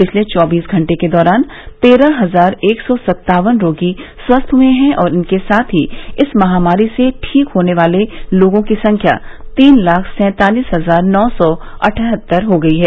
पिछले चौबीस घंटे के दौरान तेरह हजार एक सौ सत्तावन रोगी स्वस्थ हुए हैं और इनके साथ ही इस महामारी से ठीक होने वाले लोगों की संख्या तीन लाख सैंतालीस हजार नौ सौ अठहत्तर हो गई है